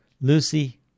Lucy